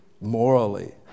morally